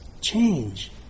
change